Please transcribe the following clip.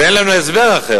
ואין לנו הסבר אחר,